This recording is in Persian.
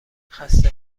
خسته